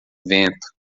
vento